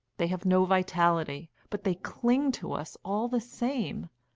they have no vitality, but they cling to us all the same,